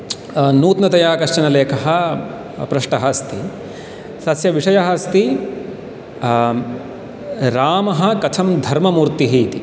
नूतनतया कश्चन लेखः पृष्टः अस्ति तस्य विषयः अस्ति रामः कथं धर्ममूर्तिः इति